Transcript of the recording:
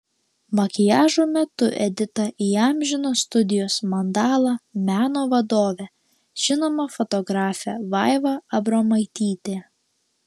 makiažo metu editą įamžino studijos mandala meno vadovė žinoma fotografė vaiva abromaitytė